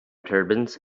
turbans